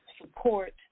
support